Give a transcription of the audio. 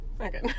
Okay